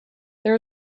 there